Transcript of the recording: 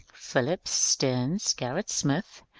phillips, steams, gerrit smith,